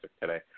today